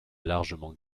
largement